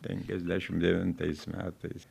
penkiasdešimt devintais metais